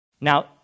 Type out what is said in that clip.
Now